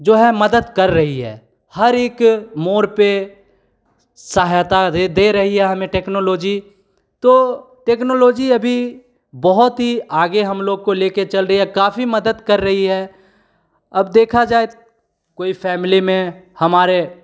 जो है मदद कर रही है हर एक मोड़ पर सहायता दे दे रही है हमें टेक्नोलॉजी तो टेक्नोलॉजी अभी बहुत ही आगे हम लोग को लेकर चल रही है काफ़ी मदद कर रही है अब देखा जाए कोई फैमिली में हमारे